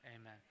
Amen